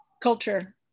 Culture